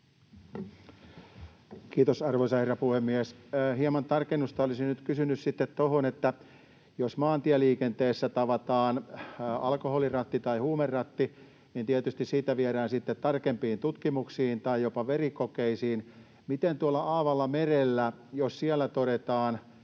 Kiitos, arvoisa herra puhemies! Hieman tarkennusta olisin nyt kysynyt tuohon. Jos maantieliikenteessä tavataan alkoholiratti tai huumeratti, niin tietysti siitä viedään sitten tarkempiin tutkimuksiin tai jopa verikokeisiin, mutta miten tuolla aavalla merellä, jos siellä todetaan